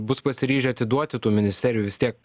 bus pasiryžę atiduoti tų ministerijų vis tiek